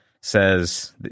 says